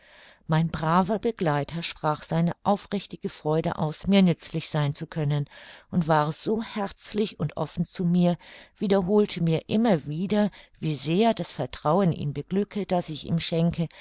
mein braver begleiter sprach seine aufrichtige freude aus mir nützlich sein zu können und war so herzlich und offen zu mir wiederholte mir immer wieder wie sehr das vertrauen ihn beglücke das ich ihm schenke